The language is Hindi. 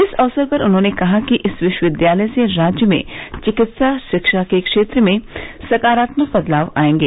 इस अक्सर पर उन्होंने कहा कि इस विश्वविद्यालय से राज्य में चिकित्सा शिक्षा के क्षेत्र में सकारात्मक बदलाव आएंगे